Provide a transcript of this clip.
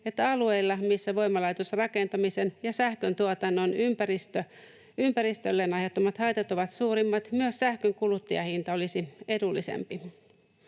että alueilla, missä voimalaitosrakentamisen ja sähköntuotannon ympäristölleen aiheuttamat haitat ovat suurimmat, myös sähkön kuluttajahinta olisi edullisempi.